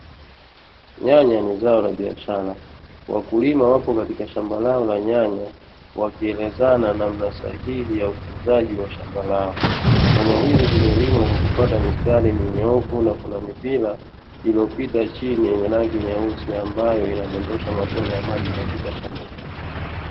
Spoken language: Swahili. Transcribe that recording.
Nyanya ni zao la biashara, wakulima wapo katika shamba lao la nyanya, wakielezana namna sahihi ya utunzaji wa shamba lao, nyanya hizi zimelimwa kwa kufuata mistali minyoofu na kuna mipila iliyopita chini yenye rangi nyeusi ambayo inadondosha matone ya maji katika shamba hilo.